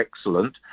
excellent